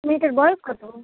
মেয়েটার বয়স কতো